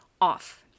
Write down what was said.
off